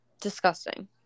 disgusting